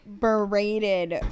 berated